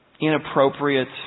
inappropriate